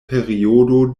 periodo